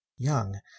Young